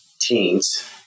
teens